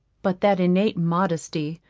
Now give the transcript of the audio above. but that innate modesty,